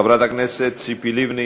חברת הכנסת ציפי לבני,